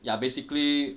ya basically